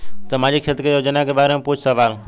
सामाजिक क्षेत्र की योजनाए के बारे में पूछ सवाल?